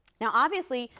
now obviously,